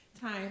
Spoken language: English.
time